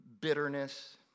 bitterness